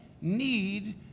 need